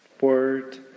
Word